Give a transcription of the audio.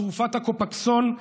תרופת הקופקסון,